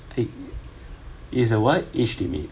eh is a what age limit